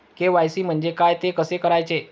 KYC म्हणजे काय? ते कसे करायचे?